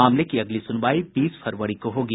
मामले की अगली सुनवाई बीस फरवरी को होगी